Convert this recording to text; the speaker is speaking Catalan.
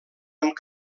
amb